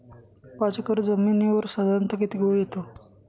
पाच एकर जमिनीवर साधारणत: किती गहू येतो?